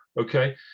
Okay